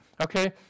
okay